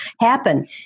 happen